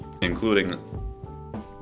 including